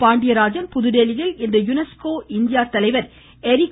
பாண்டியராஜன் புதுதில்லியில் இன்று UNESCO India தலைவர் எரிக்